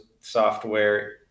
software